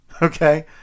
Okay